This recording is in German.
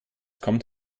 kommt